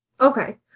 okay